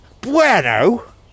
bueno